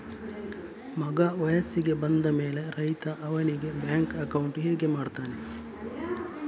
ಮಗ ವಯಸ್ಸಿಗೆ ಬಂದ ಮೇಲೆ ರೈತ ಅವನಿಗೆ ಬ್ಯಾಂಕ್ ಅಕೌಂಟ್ ಹೇಗೆ ಮಾಡ್ತಾನೆ?